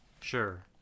Sure